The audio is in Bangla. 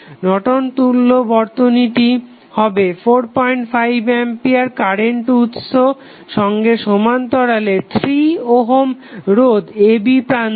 নর্টন তুল্য Nortons equivalent বর্তনীটি হবে 45 অ্যাম্পিয়ার কারেন্ট উৎস সঙ্গে সমান্তরালে 3 ওহম রোধ a b প্রান্তে